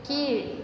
கீழ்